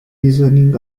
reasoning